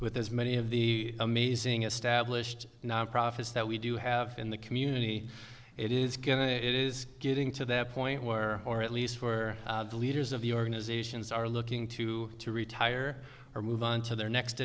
with as many of the amazing established non profits that we do have in the community it is going to it is getting to the point where or at least for the leaders of the organizations are looking to to retire or move on to their next